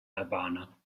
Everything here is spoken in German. albaner